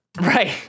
Right